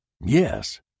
Yes